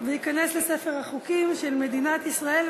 וייכנס לספר החוקים של מדינת ישראל.